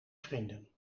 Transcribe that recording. vrienden